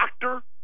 doctor